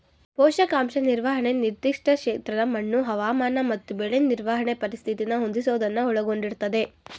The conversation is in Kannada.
ಪೋಷಕಾಂಶ ನಿರ್ವಹಣೆ ನಿರ್ದಿಷ್ಟ ಕ್ಷೇತ್ರದ ಮಣ್ಣು ಹವಾಮಾನ ಮತ್ತು ಬೆಳೆ ನಿರ್ವಹಣೆ ಪರಿಸ್ಥಿತಿನ ಹೊಂದಿಸೋದನ್ನ ಒಳಗೊಂಡಿರ್ತದೆ